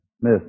Miss